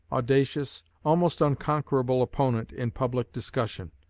audacious, almost unconquerable opponent in public discussion.